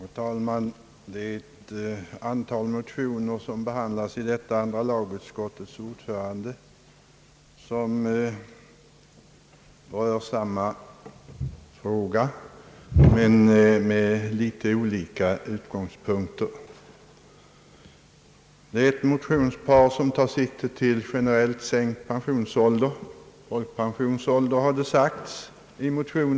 Herr talman! I detta utlåtande från andra lagutskottet behandlas ett antal motioner som rör samma fråga, ehuru den ses från litet olika utgångspunkter. Ett motionspar tar sikte på generellt sänkt folkpensionsålder.